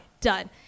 done